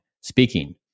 speaking